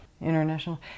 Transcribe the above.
International